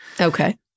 Okay